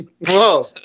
whoa